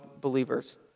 believers